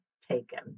taken